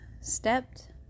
stepped